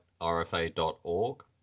rfa.org